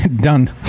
Done